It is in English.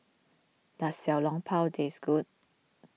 does Xiao Long Bao taste good